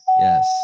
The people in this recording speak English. Yes